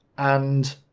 and